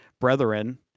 brethren